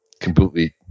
completely